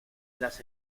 las